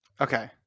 Okay